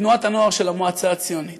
בתנועת הנוער של המועצה הציונית,